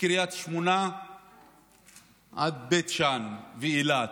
מקריית שמונה עד בית שאן ואילת.